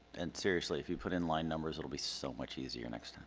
and, seriously, if you put in line numbers, it'll be so much easier next